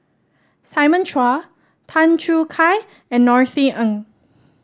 Simon Chua Tan Choo Kai and Norothy Ng